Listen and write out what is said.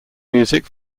music